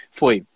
foi